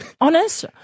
Honest